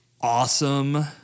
awesome